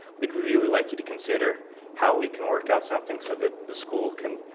we'd really like you to consider how we can work out something so that the school can